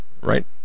right